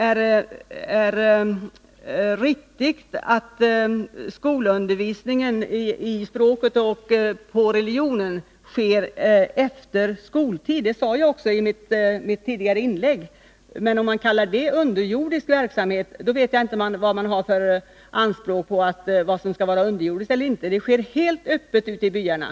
Det är riktigt att skolundervisningen på de kristnas språk om deras religion sker efter skoltid, och det sade jag också i mitt tidigare inlägg. Men om detta skall kallas underjordisk verksamhet, vet jag inte hur sådan skall definieras. Denna undervisning bedrivs helt öppet i byarna.